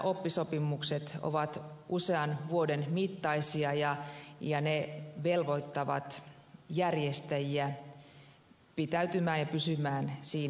oppisopimukset ovat usean vuoden mittaisia ja ne velvoittavat järjestäjiä pitäytymään ja pysymään siinä